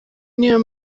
niyo